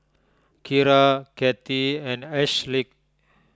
Keira Cathey and Ashleigh